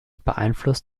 beeinflusst